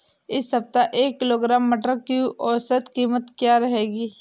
इस सप्ताह एक किलोग्राम मटर की औसतन कीमत क्या रहेगी?